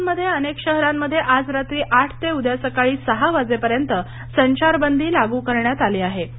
राजस्थानमध्ये अनेक शहरांमध्ये आज रात्री आठ ते उद्या सकाळी सहा वाजेपर्यंत संचारबंदी लागू करण्यात आली आहे